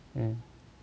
mm